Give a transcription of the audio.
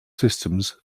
systems